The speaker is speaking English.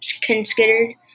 considered